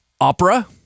opera